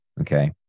Okay